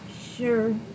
sure